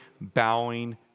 bowing